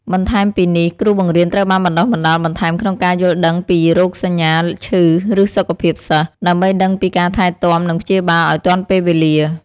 បន្ថែមពីនេះ គ្រូបង្រៀនត្រូវបានបណ្ដុះបណ្ដាលបន្ថែមក្នុងការយល់ដឹងពីរោគសញ្ញាឈឺ ឬសុខភាពសិស្ស ដើម្បីដឹងពីការថែទាំនិងព្យាបាលឲ្យទាន់ពេលវេលា។